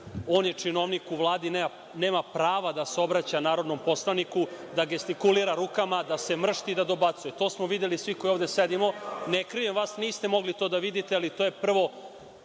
On je činovnik u Vladi i nema prava da se obraća narodnom poslaniku, da gestikulira rukama, da se mršti, da dobacuje. To smo videli svi koji ovde sedimo. Ne krivim vas, jer to niste mogli da vidite, ali to je prvo